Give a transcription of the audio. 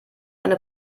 eine